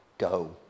go